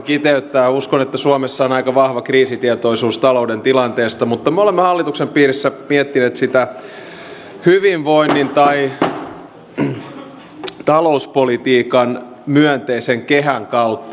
uskon että suomessa on aika vahva kriisitietoisuus talouden tilanteesta mutta me olemme hallituksen piirissä miettineet sitä hyvinvoinnin tai talouspolitiikan myönteisen kehän kautta